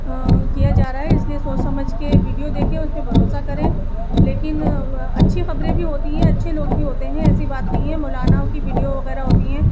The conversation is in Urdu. کیا جا رہا ہے اس لیے سوچ سمجھ کے ویڈیو دیکھیں اس پہ بھروسہ کریں لیکن اچھی خبریں بھی ہوتی ہیں اچھے لوگ بھی ہوتے ہیں ایسی بات نہیں ہے مولاناؤں کی ویڈیو وغیرہ ہوتی ہیں